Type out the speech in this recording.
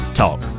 talk